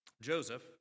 Joseph